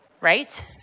right